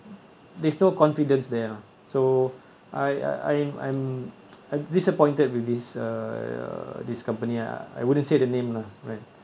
there's no confidence there lah so I I I'm I'm disappointed with this uh this company uh I wouldn't say the name lah right